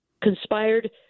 conspired